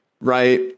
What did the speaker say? Right